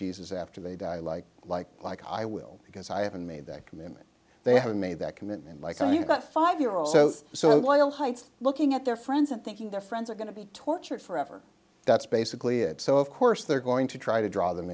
jesus after they die like like like i will because i haven't made that commitment they haven't made that commitment like you got five year or so so while heights looking at their friends and thinking their friends are going to be tortured forever that's basically it so of course they're going to try to draw them